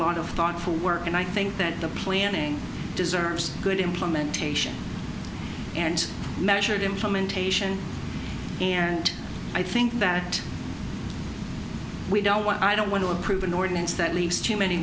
lot of thoughtful work and i think that the planning deserves a good implementation and measured implementation and i think that we don't want i don't want to approve an ordinance that leaves too many